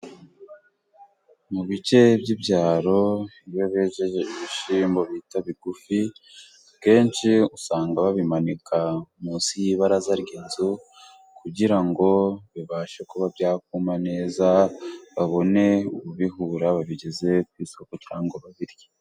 Mu bice by'ibyaro iyo bejeje ibishyimbo bita bigufi, akenshi usanga babimanika munsi y'ibaraza ry'inzu, kugira ngo bibashe kuba byakuma neza, babone kubihura babigeze ku isoko cyangwa babirye.